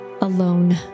alone